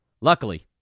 Luckily